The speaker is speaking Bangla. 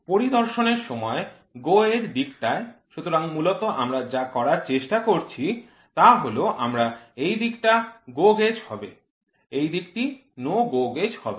পরিদর্শনের সময় GO এর দিকটায় সুতরাং মূলত আমরা যা করার চেষ্টা করছি তা হল আমরা এই দিকটি GO gauge হবে এই দিকটি NO GO gauge হবে